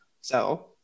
So-